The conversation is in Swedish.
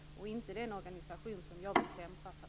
Det är inte den organisation som jag vill kämpa för.